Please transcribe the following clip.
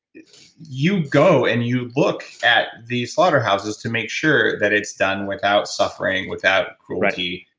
you go and you look at these slaughterhouses to make sure that it's done without suffering, without cruelty,